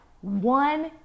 one